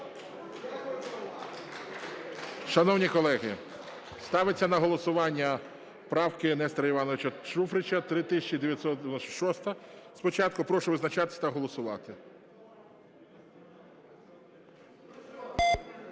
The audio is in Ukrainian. Шановні колеги, ставляться на голосування правки Нестора Івановича Шуфрича. 3986-а спочатку. Прошу визначатись та голосувати.